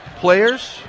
players